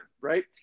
right